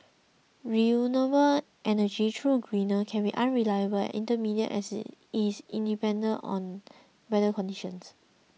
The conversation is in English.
renewable energy though greener can be unreliable intermittent as is independent on weather conditions